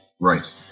right